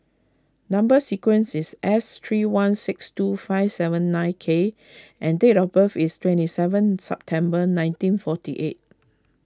Number Sequence is S three one six two five seven nine K and date of birth is twenty seven September nineteen forty eight